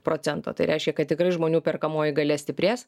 procento tai reiškia kad tikrai žmonių perkamoji galia stiprės